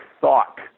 thought